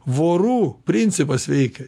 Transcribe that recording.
vorų principas veikia